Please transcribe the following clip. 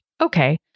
okay